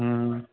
हूं